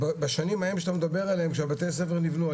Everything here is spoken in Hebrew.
בשנים ההם שאתה מדבר עליהם שהבתי-הספר נבנו.